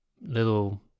little